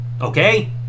Okay